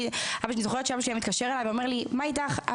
אני זוכרת שאבא שלי היה מתקשר אלי ואומר לי: מה איתך?